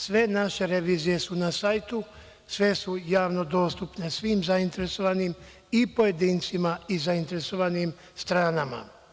Sve naše revizije su na sajtu, sve su javno dostupne svim zainteresovanim i pojedincima i zainteresovanim stranama.